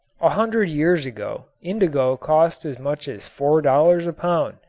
a hundred years ago indigo cost as much as four dollars a pound.